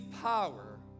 power